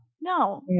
no